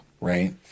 right